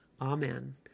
Amen